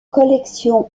collection